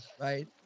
right